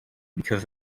because